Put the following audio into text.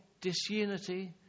disunity